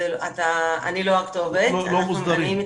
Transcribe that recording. אני לא הכתובת- -- יוגב לא מוסדרים.